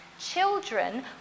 Children